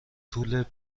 طول